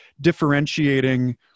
differentiating